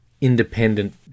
independent